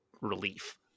relief